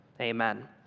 Amen